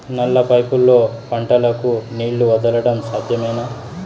నల్ల పైపుల్లో పంటలకు నీళ్లు వదలడం సాధ్యమేనా?